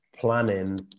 planning